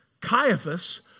Caiaphas